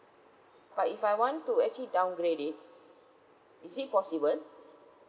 but if I want to actually downgrade it is it possible